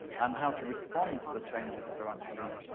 and how to respond to the changes that are actually